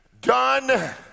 done